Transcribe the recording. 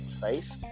face